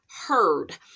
heard